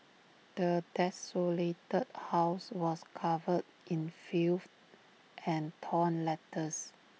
the desolated house was covered in filth and torn letters